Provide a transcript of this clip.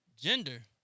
gender